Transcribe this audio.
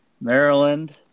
Maryland